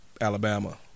Alabama